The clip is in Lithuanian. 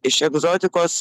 iš egzotikos